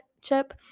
chip